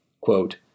Quote